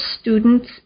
students